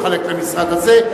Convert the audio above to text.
מחלק למשרד הזה,